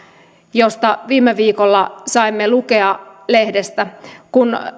josta viime viikolla saimme lukea lehdestä kun